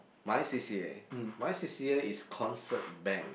my c_c_a my c_c_a is concert band